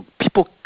people